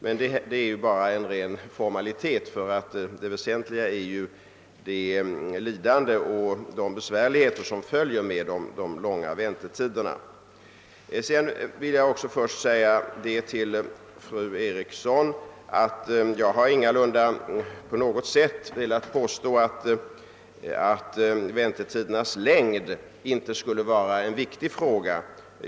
Men detta är som sagt en ren formalitet — det väsentliga är naturligtvis det lidande och de svårigheter som följer med de långa väntetiderna. Jag har ingalunda velat påstå att frå gan om väntetidernas längd inte skulle vara viktig.